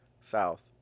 south